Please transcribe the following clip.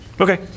okay